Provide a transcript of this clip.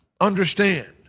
understand